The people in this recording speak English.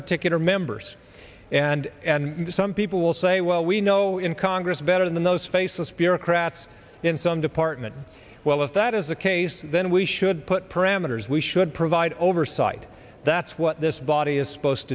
particular members and and some people will say well we know in congress better than those faceless bureaucrats in some department well if that is the case then we should put parameters we should provide oversight that's what this body is supposed